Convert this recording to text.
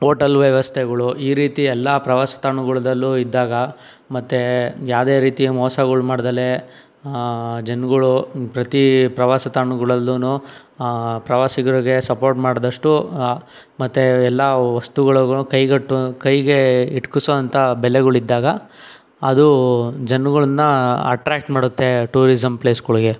hotel ವ್ಯವಸ್ಥೆಗಳು ಈ ರೀತಿ ಎಲ್ಲ ಪ್ರವಾಸಿ ತಾಣಗಳದಲ್ಲೂ ಇದ್ದಾಗ ಮತ್ತು ಯಾವುದೇ ರೀತಿಯ ಮೋಸಗಳು ಮಾಡದಲೇ ಜನಗಳು ಪ್ರತಿ ಪ್ರವಾಸಿ ತಾಣಗಳಲ್ಲೂ ಪ್ರವಾಸಿಗರಿಗೆ ಸಪೋರ್ಟ್ ಮಾಡಿದಷ್ಟೂ ಮತ್ತು ಎಲ್ಲ ವಸ್ತುಗಳಿಗೂ ಕೈಗಟ್ಟು ಕೈಗೆ ಎಟಕಿಸುವಂಥ ಬೆಲೆಗಳಿದ್ದಾಗ ಅದು ಜನಗಳನ್ನು ಅಟ್ರಾಕ್ಟ್ ಮಾಡುತ್ತೆ ಟೂರಿಸಂ ಪ್ಲೇಸ್ಗಳಿಗೆ